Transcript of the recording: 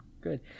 Good